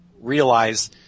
realize